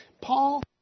Paul